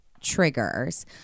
triggers